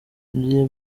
bye